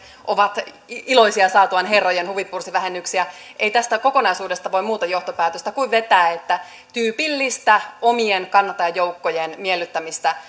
ovat iloisia saatuaan herrojen huvipursivähennyksiä ei tästä kokonaisuudesta voi muuta johtopäätöstä vetää kuin että tyypillistä omien kannattajajoukkojen miellyttämistä